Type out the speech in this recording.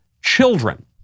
children